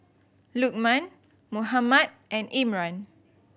Lukman Muhammad and Imran